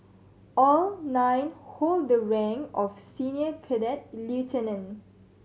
all nine hold the rank of senior cadet lieutenant